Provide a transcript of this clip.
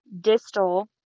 distal